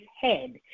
head